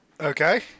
Okay